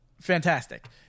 Fantastic